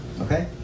okay